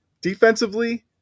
Defensively